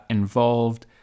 involved